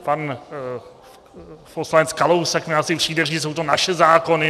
Pan poslanec Kalousek mi asi přijde říct, že jsou to naše zákony.